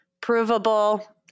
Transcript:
provable